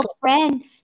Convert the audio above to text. friend